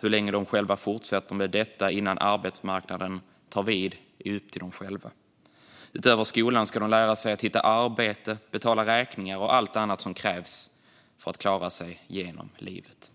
Hur länge de fortsätter med detta innan arbetsmarknaden tar vid är upp till dem själva. Utöver att gå i skolan ska de lära sig att hitta arbete, betala räkningar och allt annat som krävs för att klara sig genom livet.